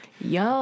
Yo